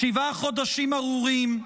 שבעה חודשים ארורים,